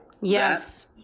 Yes